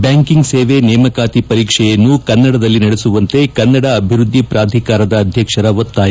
banking ಸೇವೆ ನೇಮಕಾತಿ ಪರೀಕ್ಷೆಯನ್ನು ಕನ್ನಡದಲ್ಲಿ ನಡೆಸುವಂತೆ ಕನ್ನಡ ಅಭಿವ್ಯದ್ಲಿ ಪ್ರಾಧಿಕಾರ ಅಧ್ಯಕ್ಷರ ಒತ್ತಾಯ